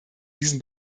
diesem